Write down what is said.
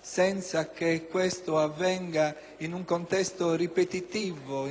senza che questo avvenga in un contesto ripetitivo,